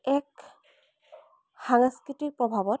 এক সাংস্কৃতিক প্ৰভাৱত